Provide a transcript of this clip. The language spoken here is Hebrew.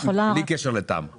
זה לא קשור לתמ"א, זה נוסף,